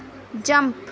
jump